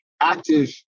active